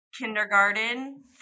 kindergarten